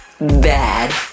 bad